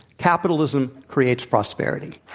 capitalism creates prosperity